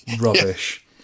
Rubbish